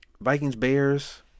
Vikings-Bears